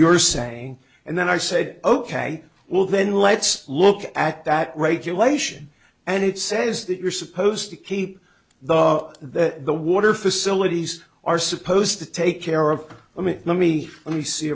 you're saying and then i said ok well then let's look at that regulation and it says that you're supposed to keep the that the water facilities are supposed to take care of i mean let me let me see